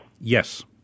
Yes